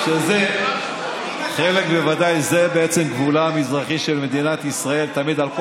שזה בעצם גבולה המזרחי של מדינת ישראל תמיד,